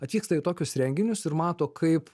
atvyksta į tokius renginius ir mato kaip